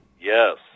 yes